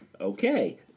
Okay